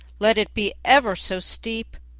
let it be ever so steep,